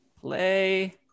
Play